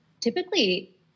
typically